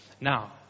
Now